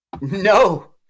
No